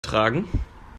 tragen